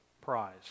prize